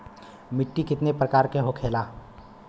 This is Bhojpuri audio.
मिट्टी कितने प्रकार के होखेला?